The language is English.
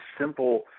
simple